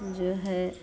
जो है